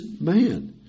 man